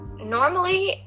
normally